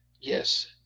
Yes